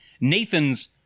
Nathan's